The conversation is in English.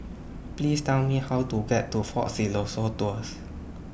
Please Tell Me How to get to Fort Siloso Tours